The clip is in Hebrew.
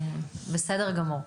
בסדר גמור.